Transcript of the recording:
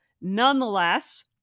Nonetheless